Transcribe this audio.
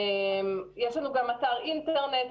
יש לנו גם אתר אינטרנט.